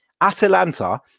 Atalanta